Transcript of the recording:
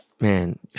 man